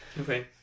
Okay